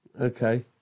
Okay